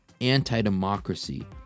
anti-democracy